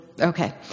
okay